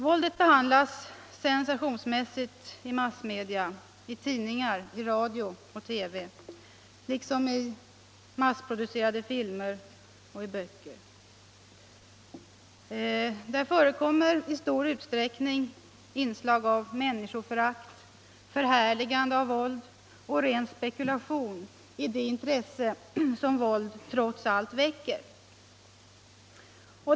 Våldet behandlas sensationsmässigt i massmedia, tidningar, radio och TV liksom i massproducerade filmer och böcker. Där förekommer i stor utsträckning inslag av människoförakt, förhärligande av våld och ren spekulation i det intresse som våld trots allt väcker.